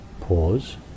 Pause